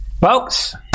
Folks